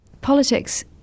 Politics